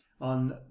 on